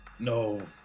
No